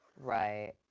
right